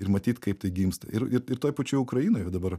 ir matyt kaip tai gimsta ir ir ir toj pačioj ukrainoj va dabar